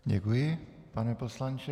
Děkuji, pane poslanče.